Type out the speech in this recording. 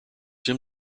him